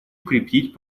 укрепить